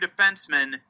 defensemen